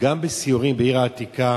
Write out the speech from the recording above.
גם בסיורים בעיר העתיקה